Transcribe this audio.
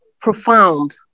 profound